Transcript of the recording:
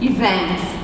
Events